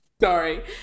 Sorry